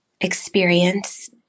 experience